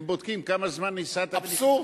הם בודקים כמה זמן הסעת ונכנסת, אבסורד.